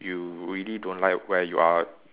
you really don't like where you are